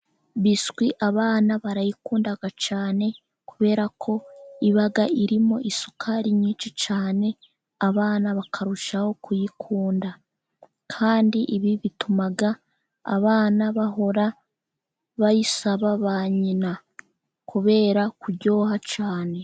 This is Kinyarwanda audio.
Biswi abana barayikunda cyane kubera ko iba irimo isukari nyinshi cyane, abana bakarushaho kuyikunda, kandi ibi bituma abana bahora bayisaba ba nyina kubera kuryoha cyane.